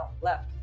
left